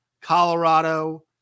Colorado